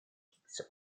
hicks